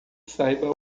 saiba